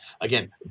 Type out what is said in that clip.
again